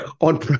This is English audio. on